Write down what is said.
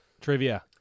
trivia